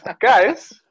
guys